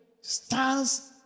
stands